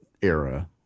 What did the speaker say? era